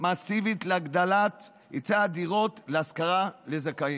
מסיבית להגדלת היצע הדירות להשכרה לזכאים.